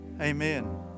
Amen